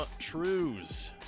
Trues